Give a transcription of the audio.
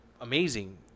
amazing